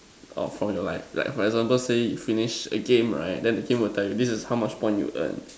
orh from your life like for example say you finish a game right then the game will tell you this is how much point you earn